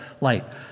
Light